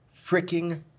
freaking